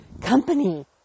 company